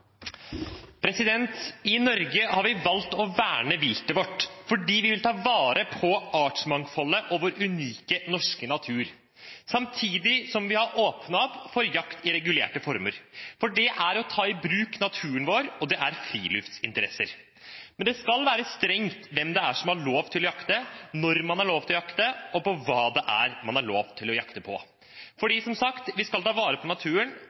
Norge har vi valgt å verne viltet vårt fordi vi vil ta vare på artsmangfoldet og på vår unike norske natur, samtidig som vi har åpnet opp for jakt i regulerte former, for det er å ta i bruk naturen vår, og det er friluftsinteresser. Men det skal være strengt med hensyn til hvem som har lov til å jakte, når man har lov til å jakte, og på hva det er lov å jakte, fordi vi skal ta vare på naturen,